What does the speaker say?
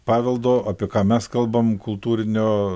paveldo apie ką mes kalbam kultūrinio